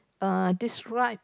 uh describe